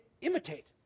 imitate